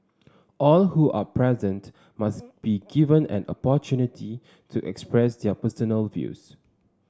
all who are present must be given an opportunity to express their personal views